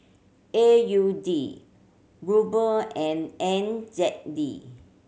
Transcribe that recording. A U D Ruble and N Z D